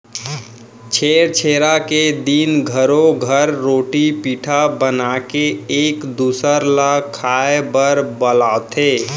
छेरछेरा के दिन घरो घर रोटी पिठा बनाके एक दूसर ल खाए बर बलाथे